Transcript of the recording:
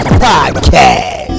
podcast